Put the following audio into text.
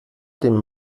dem